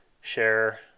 share